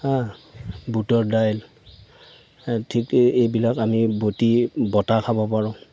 বুটৰ দাইল ঠিক এই এইবিলাক আমি বটি বটা খাব পাৰোঁ